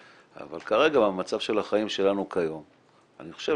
אבל כרגע במצב של החיים שלנו כיום אני חושב